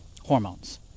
hormones